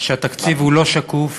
שהתקציב הוא לא שקוף,